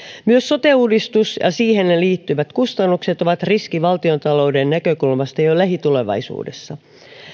myös sote uudistus ja ja siihen liittyvät kustannukset ovat riski valtiontalouden näkökulmasta jo lähitulevaisuudessa